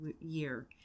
year